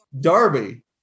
Darby